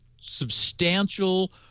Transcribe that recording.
substantial